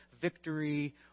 victory